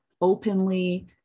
openly